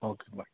okay bye